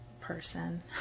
person